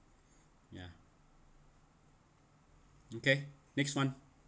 ya okay next [one]